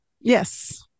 Yes